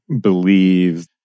believe